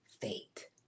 fate